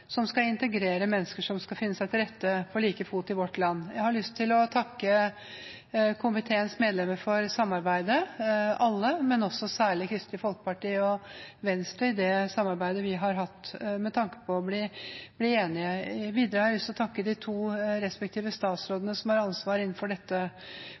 som skal integrere mennesker som skal finne seg til rette på like fot i vårt land. Jeg har lyst til å takke alle komiteens medlemmer for samarbeidet, men jeg vil særlig takke Kristelig Folkeparti og Venstre for det samarbeidet vi har hatt med tanke på å bli enige. Videre har jeg lyst til å takke de to respektive statsrådene som har ansvar innenfor dette